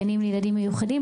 גנים לילדים מיוחדים,